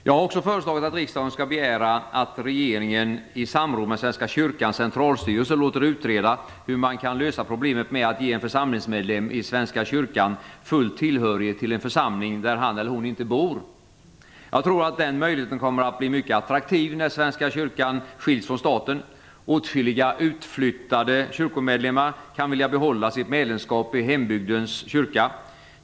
Jag har också föreslagit att riksdagen skall begära att regeringen i samråd med Svenska kyrkans centralstyrelse låter utreda hur man kan lösa problemet med att ge en församlingsmedlem i Svenska Kyrkan full tillhörighet till en församling, där han/hon inte bor. Jag tror att den möjligheten kommer att bli mycket attraktiv, när Svenska kyrkan skiljs från staten. Åtskilliga utflyttade kyrkomedlemmar kan vilja behålla sitt medlemskap i hembygdens kyrka.